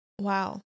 Wow